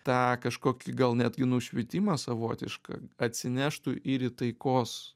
tą kažkokį gal netgi nušvitimą savotišką atsineštų ir į taikos